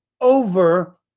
over